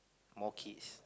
more kids